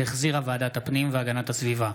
שהחזירה ועדת הפנים והגנת הסביבה.